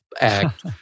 act